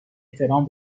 احترام